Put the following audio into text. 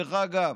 דרך אגב,